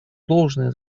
должное